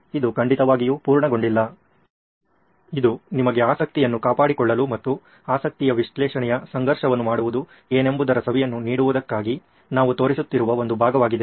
ಇದು ಖಂಡಿತವಾಗಿಯೂ ಪೂರ್ಣಗೊಂಡಿಲ್ಲ ಇದು ನಿಮಗೆ ಆಸಕ್ತಿಯನ್ನು ಕಾಪಾಡಿಕೊಳ್ಳಲು ಮತ್ತು ಆಸಕ್ತಿ ವಿಶ್ಲೇಷಣೆಯ ಸಂಘರ್ಷವನ್ನು ಮಾಡುವುದು ಏನೆಂಬುದರ ಸವಿಯನ್ನು ನೀಡುವುದಕ್ಕಾಗಿ ನಾವು ತೋರಿಸುತ್ತಿರುವ ಒಂದು ಭಾಗವಾಗಿದೆ